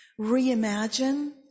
reimagine